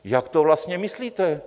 Jak to vlastně myslíte?